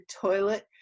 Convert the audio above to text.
toilet